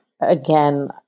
again